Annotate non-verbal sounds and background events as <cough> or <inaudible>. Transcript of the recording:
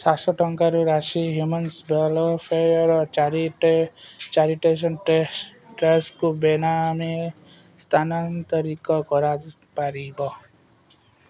ସାତଶ ଟଙ୍କାର ରାଶି human welfare ଚାରି ଟେ <unintelligible> ବେନାମୀ ସ୍ଥାନାନ୍ତରିତ କରିପାରିବ